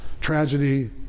tragedy